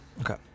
okay